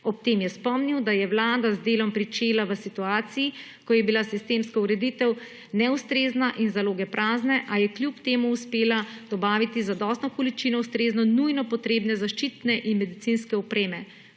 Ob tem je spomnil, da je vlada z delom pričela v situaciji, ko je bila sistemska ureditev neustrezna in zaloge prazne, a je kljub temu uspela dobaviti zadostno količino ustrezne nujno potrebne zaščitne in medicinske opreme.